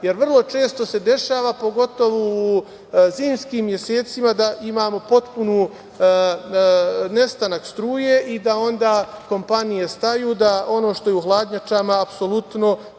jer vrlo često se dešava, pogotovo u zimskim mesecima, da imamo potpun nestanak struje i da onda kompanije staju, da ono što je u hladnjačama apsolutno